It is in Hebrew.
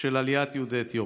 של עליית יהודי אתיופיה.